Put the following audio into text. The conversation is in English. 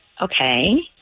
Okay